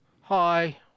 Hi